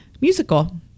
musical